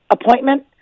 appointment